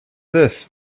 this